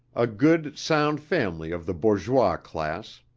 a good sound family of the bourgeois class,